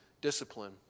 discipline